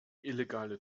illegale